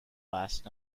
last